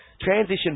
transition